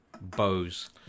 Bows